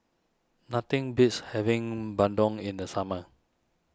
nothing beats having Bandung in the summer